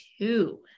two